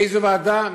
איזו ועדה?